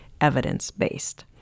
evidence-based